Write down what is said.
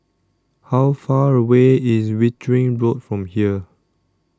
How Far away IS Wittering Road from here